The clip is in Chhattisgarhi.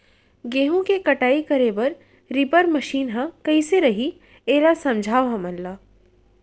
गेहूँ के कटाई करे बर रीपर मशीन ह कइसे रही, एला समझाओ हमन ल?